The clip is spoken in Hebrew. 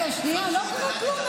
רגע, מירב, לא קרה כלום.